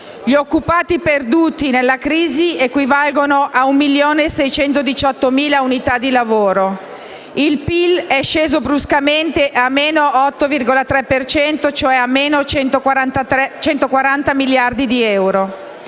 gli occupati perduti nella crisi equivalgono a 1.618.000 unità di lavoro e il PIL è sceso bruscamente dell'8,3 per cento, cioè di 140 miliardi di euro.